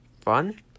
fun